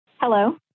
Hello